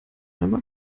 einmal